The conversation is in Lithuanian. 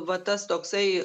va tas toksai